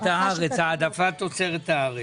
העדפת תוצרת הארץ.